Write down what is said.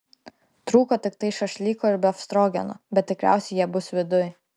trūko tiktai šašlyko ir befstrogeno bet tikriausiai jie bus viduj